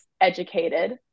Educated